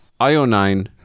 Ionine